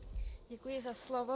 Děkuji za slovo.